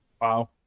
Wow